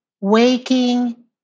waking